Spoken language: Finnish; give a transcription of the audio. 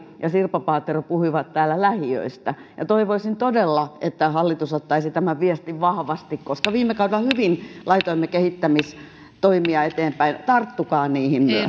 ja sirpa paatero puhuivat täällä lähiöistä toivoisin todella että hallitus ottaisi tämän viestin vahvasti koska viime kaudella hyvin laitoimme kehittämistoimia eteenpäin tarttukaa niihin